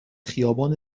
خیابان